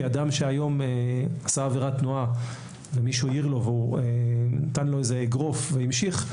אדם שהיום עשה עבירת תנועה ומישהו העיר לו והוא נתן לו אגרוף והמשיך,